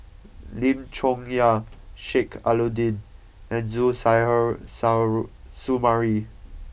Lim Chong Yah Sheik Alau'ddin and Suzairhe Sumari